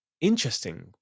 interesting